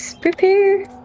prepare